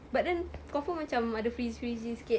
but then confirm macam ada frizzy frizzy sikit